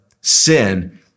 sin